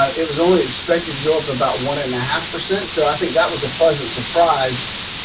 ah it was always expected to go up about one and a half percent, so i think that was a pleasant surprise,